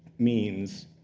means,